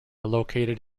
located